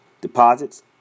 Deposits